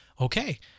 okay